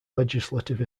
legislative